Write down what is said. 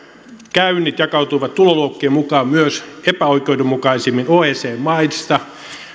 käynnit jakautuivat tuloluokkien mukaan myös epäoikeudenmukaisimmin oecd maissa